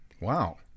Wow